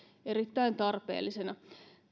erittäin tarpeellisena